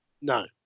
No